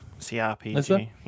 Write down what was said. CRPG